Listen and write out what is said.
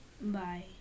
Bye